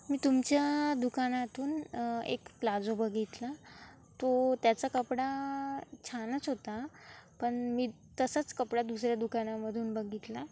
मी तुमच्या दुकानातून एक प्लाजो बघितला तो त्याचा कपडा छानच होता पण मी तसाच कपडा दुसऱ्या दुकानामधून बघितला